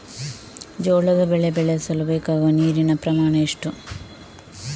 ಜೋಳದ ಬೆಳೆ ಬೆಳೆಸಲು ಬೇಕಾಗುವ ನೀರಿನ ಪ್ರಮಾಣ ಎಷ್ಟು?